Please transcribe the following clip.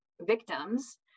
victims